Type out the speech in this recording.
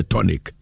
Tonic